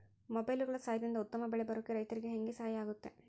ಮೊಬೈಲುಗಳ ಸಹಾಯದಿಂದ ಉತ್ತಮ ಬೆಳೆ ಬರೋಕೆ ರೈತರಿಗೆ ಹೆಂಗೆ ಸಹಾಯ ಆಗುತ್ತೆ?